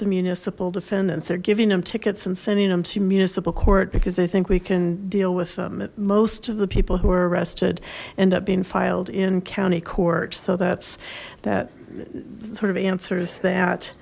the municipal defendants they're giving them tickets and sending them to municipal court because they think we can deal with them at most of the people who are arrested end up being filed in county court so that's that sort of answers that